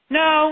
no